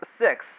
six